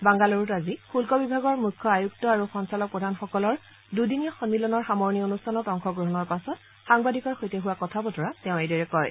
বাংগালুৰুত আজি শুল্ক বিভাগৰ মুখ্য আয়ুক্ত আৰু সঞ্চালকপ্ৰধানসকলৰ দুদিনীয়া সম্মিলনৰ সামৰণি অনুষ্ঠানত অংশগ্ৰহণৰ পাছত সাংবাদিকৰ সৈতে হোৱা কথাবতৰাত তেওঁ এইদৰে কয়